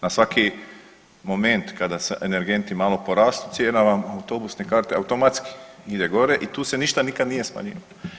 Na svaki moment kada se energenti malo porastu cijena vam autobusne karte automatski ide gore i tu se nikad ništa nije smanjivalo.